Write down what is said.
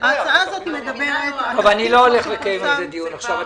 ההצעה הזאת מדברת על --- אני לא הולך לקיים על זה דיון עכשיו.